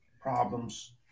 problems